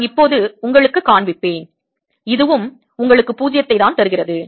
நான் இப்போது உங்களுக்குக் காண்பிப்பேன் இதுவும் உங்களுக்கு 0 ஐ தான் தருகிறது